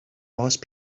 most